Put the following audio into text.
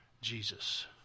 Jesus